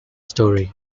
story